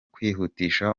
kwihutisha